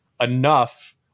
enough